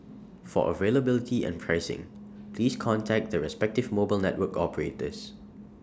for availability and pricing please contact the respective mobile network operators